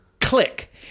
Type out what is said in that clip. click